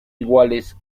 iguales